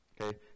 Okay